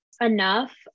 enough